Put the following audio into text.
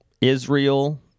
Israel